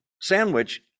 sandwich